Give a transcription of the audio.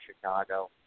Chicago